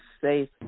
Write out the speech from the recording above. safe